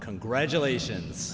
congratulations